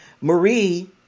Marie